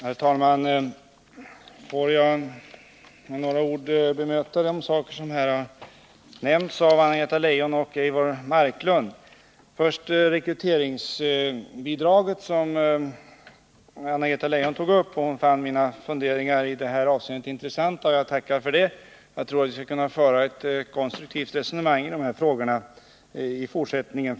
Herr talman! Jag vill med några ord bemöta de saker som här har nämnts av Anna-Greta Leijon och Eivor Marklund. Det gäller då först rekryteringsbidraget, som Anna-Greta Leijon tog upp. Hon fann mina funderingar i det avseendet intressanta, och jag tackar för det. Förhoppningsvis kommer vi att kunna föra ett konstruktivt resonemang i dessa frågor i fortsättningen.